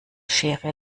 schere